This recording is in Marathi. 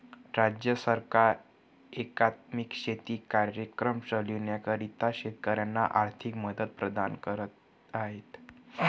राज्य सरकार एकात्मिक शेती कार्यक्रम चालविण्याकरिता शेतकऱ्यांना आर्थिक मदत प्रदान करत असते